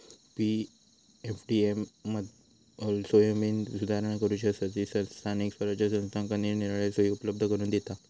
पी.एफडीएफ मूलभूत सोयींमदी सुधारणा करूच्यासठी स्थानिक स्वराज्य संस्थांका निरनिराळे सोयी उपलब्ध करून दिता